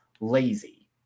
lazy